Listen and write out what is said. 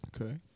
Okay